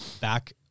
back